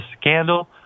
scandal